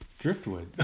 Driftwood